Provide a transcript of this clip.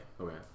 Okay